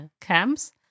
camps